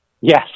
Yes